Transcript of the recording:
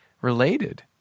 related